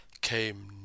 came